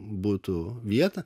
butų vietą